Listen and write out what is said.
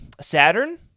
Saturn